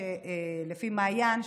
מעיין,